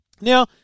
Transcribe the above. Now